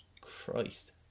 Christ